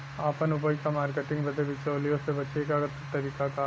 आपन उपज क मार्केटिंग बदे बिचौलियों से बचे क तरीका का ह?